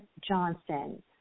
Johnson